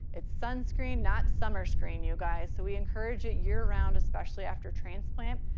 it's sunscreen, not summer screen you guys. so we encourage it year round, especially after transplant.